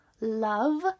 love